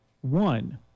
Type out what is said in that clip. One